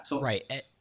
Right